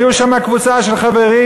הייתה שם קבוצה של חברים,